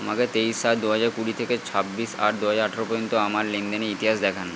আমাকে তেইশ সাত দু হাজার কুড়ি থেকে ছাব্বিশ আট দু হাজার আঠেরো পর্যন্ত আমার লেনদেনের ইতিহাস দেখান